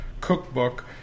cookbook